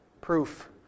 Proof